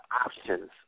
options